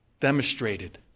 demonstrated